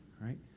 right